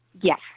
Yes